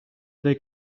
tre